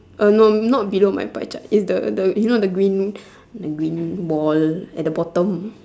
uh no not below my pie chart is the the you know the green the green wall at the bottom